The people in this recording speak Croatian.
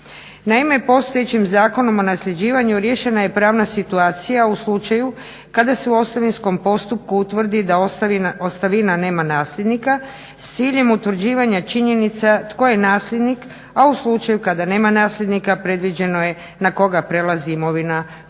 Naime, postojećim Zakonom o nasljeđivanju riješena je pravna situacija u slučaju kada se u ostavinskom postupku utvrdi da ostavina nema nasljednika s ciljem utvrđivanja činjenica tko je nasljednik, a u slučaju kada nema nasljednika predviđeno je na koga prelazi imovina koja